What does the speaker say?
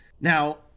Now